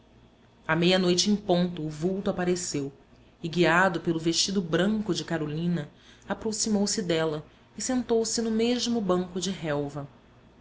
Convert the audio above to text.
à meia-noite em ponto o vulto apareceu e guiado pelo vestido branco de carolina aproximou-se dela e sentou-se no mesmo banco de relva